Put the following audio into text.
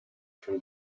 from